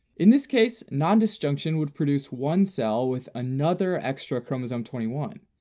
in this case, nondisjunction would produce one cell with another extra chromosome twenty one,